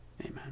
Amen